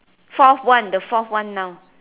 fourth one the fourth one now